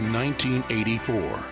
1984